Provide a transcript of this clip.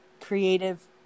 creative